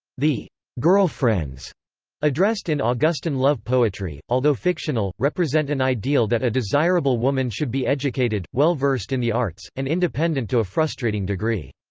the girlfriends addressed in ah augustan love poetry, although fictional, represent an ideal that a desirable woman should be educated, well-versed in the arts, and independent to a frustrating degree.